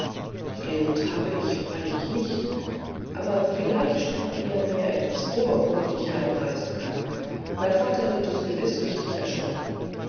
geld habe ich freilich nicht aber vielleicht strecket ihr mir etwas vor womit ich heimreisen kann mein vater wird es gewiß richtig erstatten